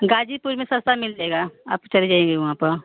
गाज़ीपुर में सस्ता मिल जाएगा आप चले जाइए वहाँ पर